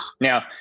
Now